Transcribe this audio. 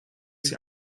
sie